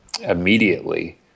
immediately